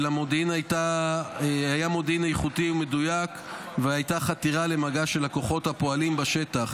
היה מודיעין איכותי ומדויק והייתה חתירה למגע של הכוחות הפועלים בשטח.